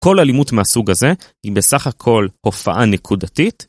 כל אלימות מהסוג הזה היא בסך הכל הופעה נקודתית.